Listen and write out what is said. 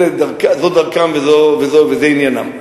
זאת דרכם וזה עניינם.